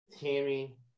Tammy